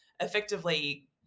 effectively